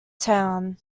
town